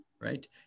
Right